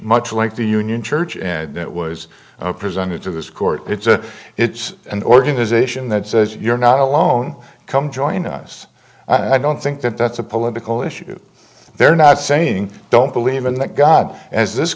much like the union church and it was presented to this court it's a it's an organization that says you're not alone come join us and i don't think that that's a political issue they're not saying don't believe in that god as this